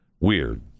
Weird